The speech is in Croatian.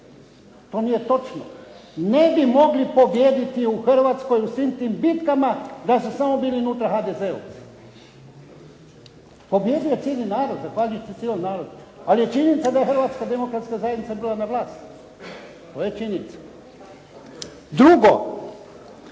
to nije točno. Ne bi mogli pobijediti u Hrvatskoj u svim tim bitkama da su samo bili … HDZ-u. Pobijedio je cijeli narod zahvaljujući cijelom narodu, ali je činjenica da je Hrvatska demokratska zajednica bila na vlasti. To je činjenica. Drugo,